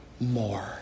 more